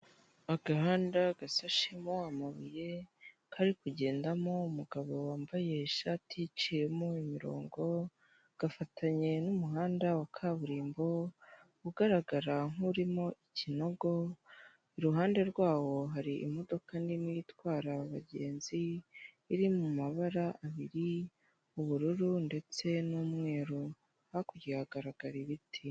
Agahanda gasashemo amabuye kari kugendamo umugabo wambaye ishati iciyemo imirongo gafatanye n'umuhanda wa kaburimbo ugaragara nk'urimo ikinogo, iruhande rwawo hari imodoka nini itwara abagenzi iri mu mabara abiri ubururu ndetse n'umweru, hakurya hagaragara ibiti.